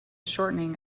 shortening